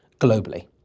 globally